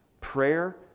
Prayer